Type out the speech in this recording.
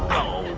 oh,